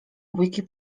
bójki